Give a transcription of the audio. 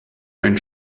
ein